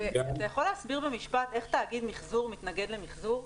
אתה יכול להסביר במשפט איך תאגיד מיחזור מתנגד למיחזור?